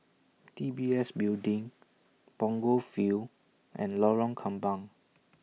D B S Building Punggol Field and Lorong Kembang